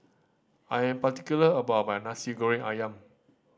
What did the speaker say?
I am particular about my Nasi Goreng Ayam